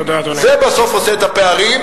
זה בסוף עושה את הפערים,